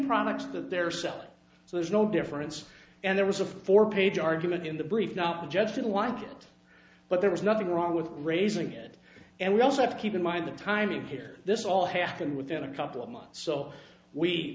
products that they're selling so there's no difference and there was a four page argument in the brief not the judge didn't want but there was nothing wrong with raising it and we also have to keep in mind the timing here this all happened within a couple of months so we